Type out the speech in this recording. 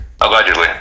allegedly